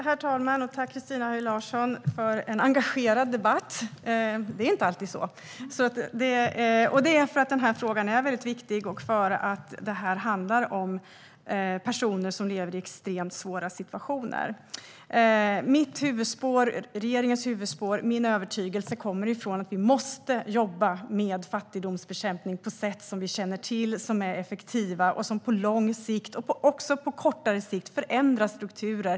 Herr talman! Tack, Christina Höj Larsen, för en engagerad debatt! Det är inte alltid så, men denna fråga är väldigt viktig och handlar om personer som lever i extremt svåra situationer. Mitt och regeringens huvudspår och min övertygelse är att vi måste jobba med fattigdomsbekämpning på sätt som vi känner till, som är effektiva och som på lång och även kortare sikt förändrar strukturer.